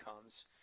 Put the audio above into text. comes